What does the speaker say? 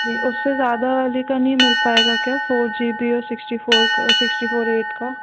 जी उससे ज़्यादा वाली का नहीं मिल पाएगा क्या फ़ोर जी भी हो सिक्स्टी फोर का क सिक्स्टी फोर ऐट का